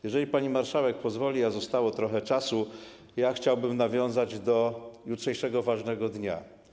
Jeżeli pani marszałek pozwoli, a zostało trochę czasu, chciałbym nawiązać do jutrzejszego ważnego dnia.